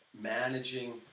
managing